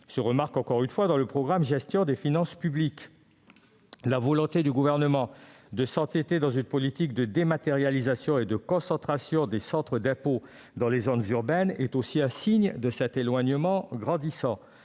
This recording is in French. se remarque encore dans la mission « Gestion des finances publiques ». La volonté du Gouvernement de s'entêter dans une politique de dématérialisation et de concentration des centres d'impôts dans les zones urbaines est aussi un signe de cet éloignement grandissant.